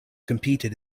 competed